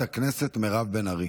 חברת הכנסת מירב בן ארי.